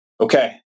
Okay